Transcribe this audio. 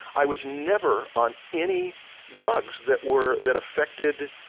i was never on any drugs that were that affected